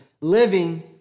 living